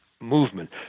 movement